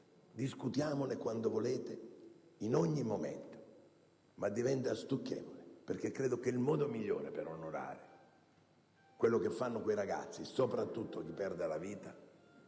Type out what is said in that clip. Discutiamone quando volete e in ogni momento, ma diventa stucchevole, perché credo che il modo migliore per onorare quello che fanno quei ragazzi e soprattutto chi perde la vita